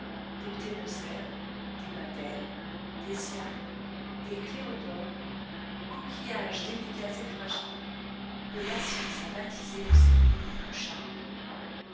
des pterocères des patelles des hyales des cléodores coquillages délicats et fragiles que la science a baptisés de ses noms les plus charmants